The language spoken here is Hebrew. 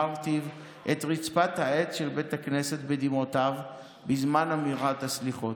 מרטיב את רצפת העץ של בית הכנסת בדמעותיו בזמן אמירת הסליחות.